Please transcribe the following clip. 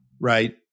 right